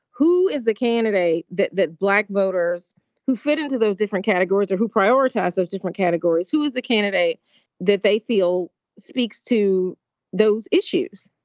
who is the candidate that that black voters who fit into those different categories or who prioritize those different categories? who is the candidate that they feel speaks to those issues?